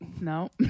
No